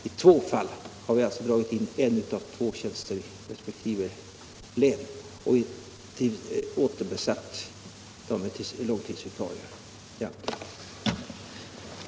I två fall har vi alltså dragit in en av två tjänster i resp. län och återbesatt dem med långtidsvikarier. Det är allt.